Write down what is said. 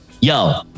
Yo